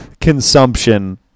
consumption